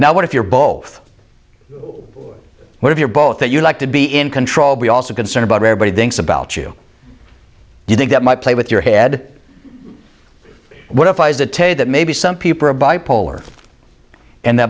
now what if you're both what if you're both that you'd like to be in control but also concerned about everybody thinks about you do you think that might play with your head what if i was to tell you that maybe some people are bipolar and